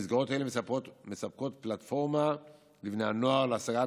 המסגרות האלה מספקות פלטפורמה לבני הנוער להשגת